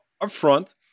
upfront